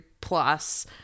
plus